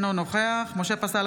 אינו נוכח משה פסל,